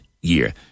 year